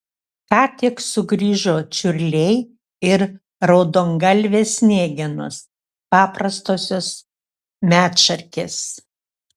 ką tik sugrįžo čiurliai ir raudongalvės sniegenos paprastosios medšarkės